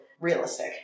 realistic